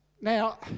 Now